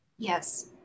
yes